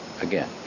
again